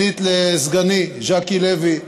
שנית, לסגני ז'קי לוי,